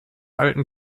alten